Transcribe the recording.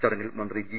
ചടങ്ങിൽ മന്ത്രി ജി